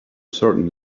certain